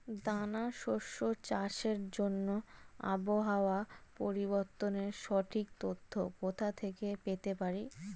দানা শস্য চাষের জন্য আবহাওয়া পরিবর্তনের সঠিক তথ্য কোথা থেকে পেতে পারি?